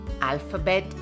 Alphabet